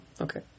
okay